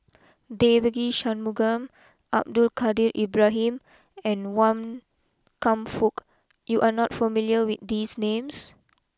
Devagi Sanmugam Abdul Kadir Ibrahim and Wan Kam Fook you are not familiar with these names